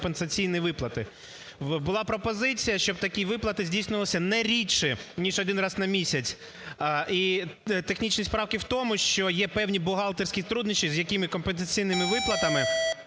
компенсаційні виплати. Була пропозиція, щоб такі виплати здійснювалися не рідше ніж один раз на місяць. І технічність правки у тому, що є певні бухгалтерські труднощі, з якими компенсаційні виплати,